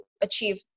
achieve